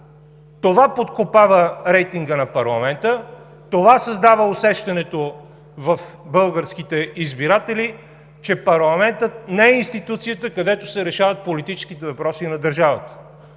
Това подкопава рейтинга на парламента, това създава усещането в българските избиратели, че парламентът не е институцията, където се решават политическите въпроси на държавата.